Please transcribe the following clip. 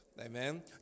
Amen